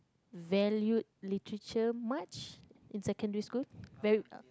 valued literature much in secondary school very